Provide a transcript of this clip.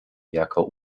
jako